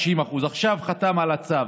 90%. הוא עכשיו חתם על הצו